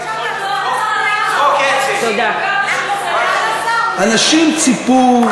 רוצים שישיב לנו,